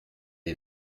est